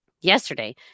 Yesterday